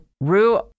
Rue